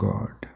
God